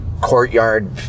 courtyard